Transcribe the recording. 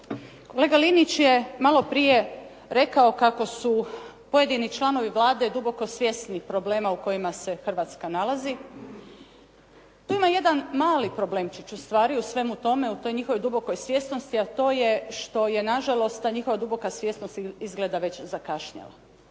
Kolega Linić je malo prije rekao kako su pojedini članovi Vlade duboko svjesni problema u kojima se Hrvatska nalazi. Tu ima jedan mali problemčić ustvari u svemu tome, u toj njihovoj dubokoj svjesnosti a to je što je nažalost ta njihova duboka svjesnost izgleda već zakašnjela.